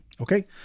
Okay